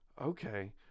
Okay